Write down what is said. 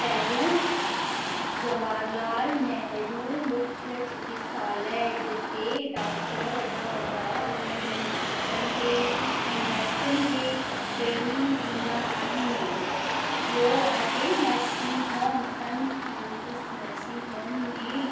पहिरियों जवाहर लाल नेहरु मुख्य चिकित्सालय जिते डॉक्टर वॾा वॾा नंढनि डॉक्टरनि खे ऐं नर्सियुनि खे ट्रेनिंग ॾींदा आहिनि ॿियो आहे nursing home Saint Francis nursing home में